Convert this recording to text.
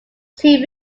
see